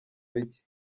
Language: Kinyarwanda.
bike